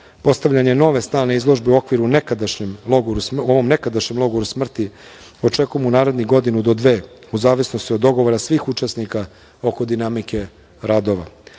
postavljanje nove stalne izložbe u nekadašnjeg logoru smrti očekujem u narednih godinu do dve, u zavisnosti od dogovora svih učesnika oko dinamike radova. Program